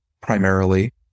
primarily